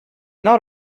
not